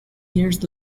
years